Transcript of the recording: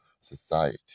society